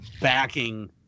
backing